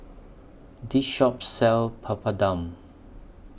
This Shop sells Papadum